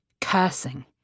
cursing